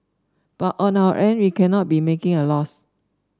but on our end we cannot be making a loss